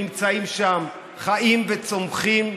שנמצאים שם, חיים וצומחים,